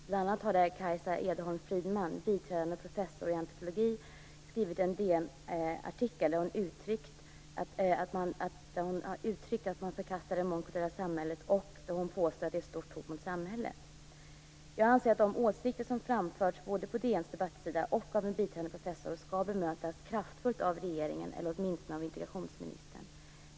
Bl.a. har Kajsa Ekholm Friedman, biträdande professor i socialantropologi, skrivit en DN-artikel där hon förkastar det mångkulturella samhället och påstår att det är ett stort hot mot samhället. Jag anser att de åsikter som framförts, på DN:s debattsida och av en biträdande professor, skall bemötas kraftfullt av regeringen, eller åtminstone av integrationsministern.